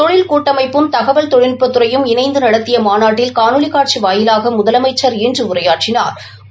தொழில் கூட்டமைப்பும் தகவல் தொழில்நுட்பத் துறையும் இணைந்து நடத்திய மாநாட்டில் காணொலி காட்சி வாயிலாக முதலமைச்சா் இன்று உரையாற்றினாா்